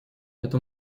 это